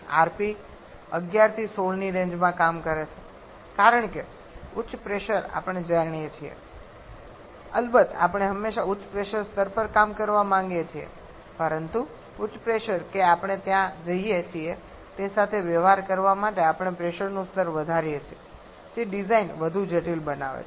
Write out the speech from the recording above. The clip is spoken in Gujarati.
rp 11 થી 16 ની રેન્જમાં કામ કરે છે કારણ કે ઉચ્ચ પ્રેશર આપણે જઈએ છીએ અલબત્ત આપણે હંમેશા ઉચ્ચ પ્રેશર સ્તર પર કામ કરવા માંગીએ છીએ પરંતુ ઉચ્ચ પ્રેશર કે આપણે ત્યાં જઈએ છીએ તે સાથે વ્યવહાર કરવા માટે આપણે પ્રેશરનું સ્તર વધારીએ છીએ જે ડિઝાઇન વધુ જટિલ બનાવે છે